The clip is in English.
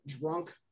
drunk